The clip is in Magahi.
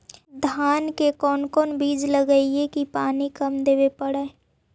धान के कोन बिज लगईऐ कि पानी कम देवे पड़े?